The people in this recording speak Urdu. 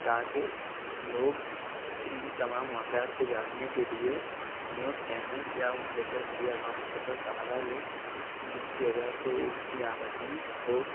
تاکہ لوگ ان تمام واقعات کو جاننے کے لیے نیوز چینل یا ان سوشل میڈیا اکاؤنٹس کا سہارا لیں جن کی وجہ سے وہ ان کی آمدنی ہو